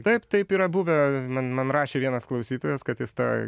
taip taip yra buvę man man rašė vienas klausytojas kad jis tą